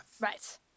Right